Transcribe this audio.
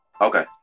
Okay